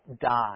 die